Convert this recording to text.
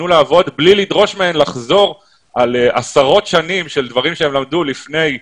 בלי לדרוש מהן לחזור על עשרות שנים של דברים שהן למדו לפני כן.